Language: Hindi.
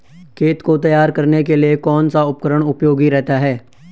खेत को तैयार करने के लिए कौन सा उपकरण उपयोगी रहता है?